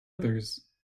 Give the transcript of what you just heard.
others